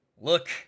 Look